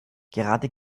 gerade